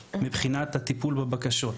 מבחינת הטיפול בבקשות,